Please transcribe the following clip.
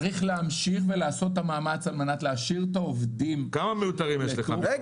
צריך להמשיך ולעשות מאמץ על מנת להשאיר את העובדים --- כמה --- רגע,